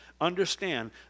Understand